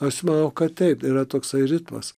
aš manau kad taip yra toksai ritmas